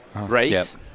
race